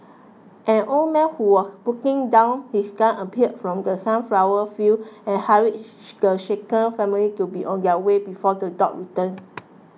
an old man who was putting down his gun appeared from the sunflower fields and hurried the shaken family to be on their way before the dogs return